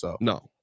No